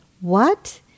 What